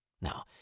Now